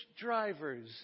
drivers